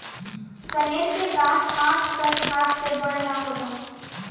कनेर के गाछ आठ दस हाथ से बड़ ना होला